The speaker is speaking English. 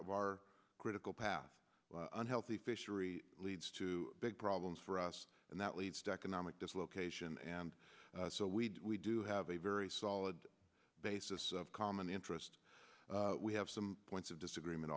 of our critical path unhealthy fishery leads to big problems for us and that leads to economic dislocation and so we we do have a very solid basis of common interest we have some points of disagreement